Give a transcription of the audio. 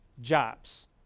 jobs